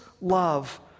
love